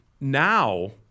Now